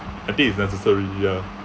I think it's necessary ya